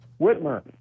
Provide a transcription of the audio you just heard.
Whitmer